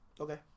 Okay